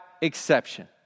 exception